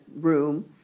room